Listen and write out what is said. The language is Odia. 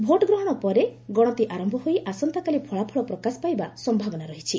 ଭୋଟ୍ ଗ୍ରହଣ ପରେ ଗଣତି ଆରମ୍ଭ ହୋଇ ଆସନ୍ତାକାଲି ଫଳାଫଳ ପ୍ରକାଶ ପାଇବା ସମ୍ଭାବନା ରହିଛି